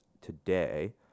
today